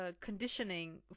conditioning